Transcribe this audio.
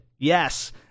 Yes